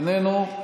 איננו,